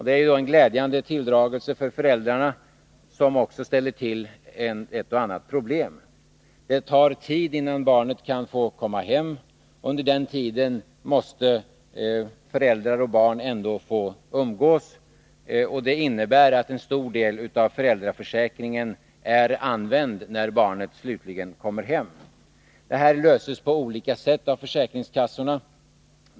Det är då en glädjande tilldragelse för föräldrarna som också ställer till ett och annat problem. Det tar tid innan barnet kan få komma hem. Under den tiden måste föräldrar och barn ändå få umgås. Det innebär att en stor del av föräldraförsäkringen är använd när barnet slutligen kommer hem. Detta problem löses på olika sätt av försäkringskassorna.